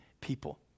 people